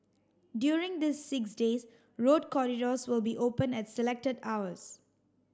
during these six days road corridors will be open at selected hours